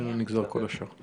ממנה נגזר כל השאר.